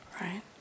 right